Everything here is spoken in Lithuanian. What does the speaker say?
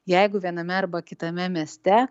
jeigu viename arba kitame mieste